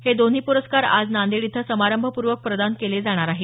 हे दोन्ही प्रस्कार आज नांदेड इथं समारंभप्रर्वक प्रदान केले जाणार आहेत